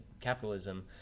capitalism